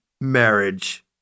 marriage